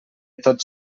tots